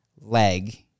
leg